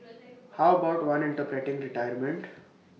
how about one interpreting retirement